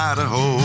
Idaho